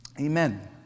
amen